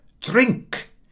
Drink